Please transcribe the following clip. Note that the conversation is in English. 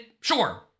Sure